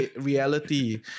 reality